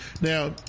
now